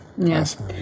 Yes